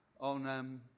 on